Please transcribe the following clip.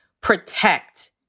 protect